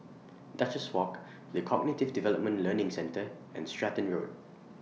Duchess Walk The Cognitive Development Learning Centre and Stratton Road